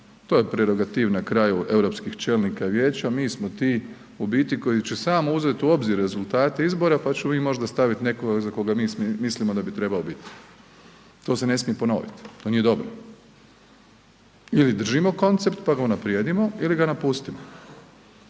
to je prerogativ na kraju europskih čelnika vijeća, mi smo ti u biti koji će samo uzeti u obzir rezultate izbora pa ćemo mi možda staviti nekoga za koga mi mislimo da bi trebao biti. To se ne smije ponoviti, to nije dobro. Ili držimo koncept pa ga unaprijedimo ili ga napustimo,